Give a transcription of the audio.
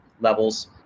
levels